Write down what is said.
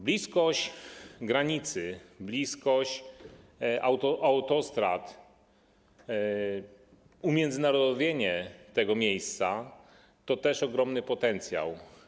Bliskość granicy, bliskość autostrad, umiędzynarodowienie tego miejsca - to też ogromny potencjał.